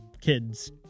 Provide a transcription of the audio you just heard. kids